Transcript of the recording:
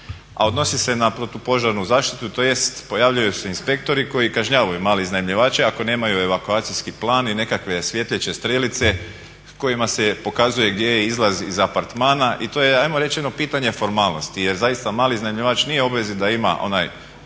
a odnosi se na protupožarnu zaštitu tj. pojavljuju se inspektori koji kažnjavaju male iznajmljivače ako nemaju evakuacijski plan i nekakve svjetleće strelice kojima se pokazuje gdje je izlaz iz apartmana. I to je hajmo reći jedno pitanje formalnosti jer zaista mali iznajmljivač nije u obvezi da ima onaj